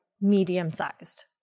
medium-sized